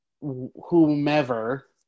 whomever